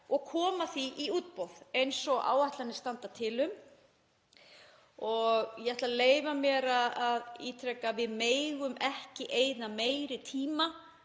og koma því í útboð eins og áætlanir standa til um. Ég ætla að leyfa mér að ítreka að við megum ekki eyða meiri tíma